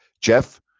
Jeff